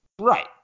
Right